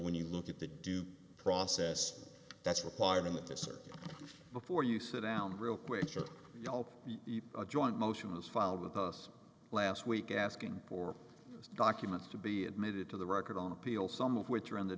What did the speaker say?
when you look at the due process that's required in the desert before you sit down real quick you know joint motions filed with us last week asking for documents to be admitted to the record on appeal some of which are in the